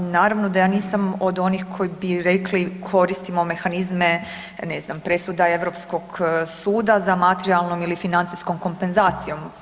Naravno da ja nisam od onih koji bi rekli, koristimo mehanizme, ne znam presuda Europskog suda za materijalnom ili financijskom kompenzacijom.